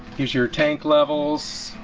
use your tank levels.